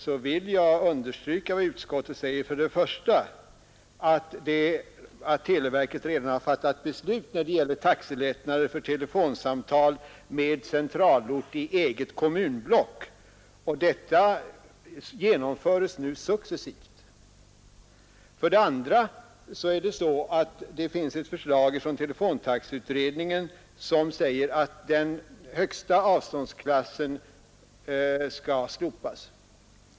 Jag vill då understryka vad utskottet säger, nämligen för det första att televerket redan har fattat beslut om taxelättnader för telefonsamtal med centralort i eget kommunblock, och de genomförs nu successivt. För det andra finns ett förslag från telefontaxeutredningen som säger att den högsta avståndsklassen skall slopas.